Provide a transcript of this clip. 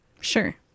Sure